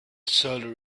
solar